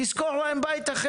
עם תוכנית אחראית לגבי היום יום